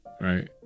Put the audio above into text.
right